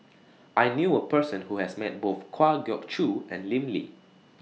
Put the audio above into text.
I knew A Person Who has Met Both Kwa Geok Choo and Lim Lee